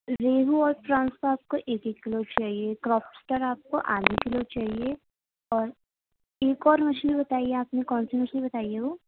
ریہو اور پرونس تو آپ کو ایک ایک كیلو چاہیے کراکسٹر آپ کو آدھا کیلو چاہیے اور ایک اور مچھلی بتائی آپ نے کون سی مچھلی بتائی ہے وہ